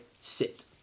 sit